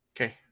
Okay